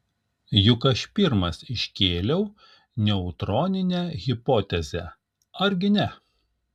juk aš pirmas iškėliau neutroninę hipotezę argi ne